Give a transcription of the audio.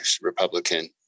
Republican